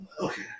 Okay